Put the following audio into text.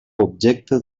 objecte